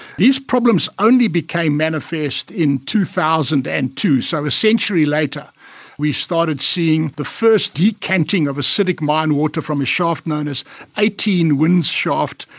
these problems only became manifest in two thousand and two, so a century later we started seeing the first decanting of acidic mine water from a shaft known as eighteen winze shaft.